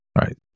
Right